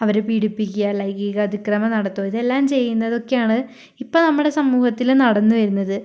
അവരെ പീഡിപ്പിക്കുക ലൈംഗീകാതിക്രമം നടത്തുക ഇതെല്ലാം ചെയ്യുന്നതൊക്കെയാണ് ഇപ്പോൾ നമ്മടെ സമൂഹത്തില് നടന്നുവരുന്നത്